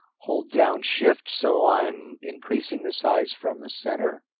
hold down shift so i'm increasing the size from the center.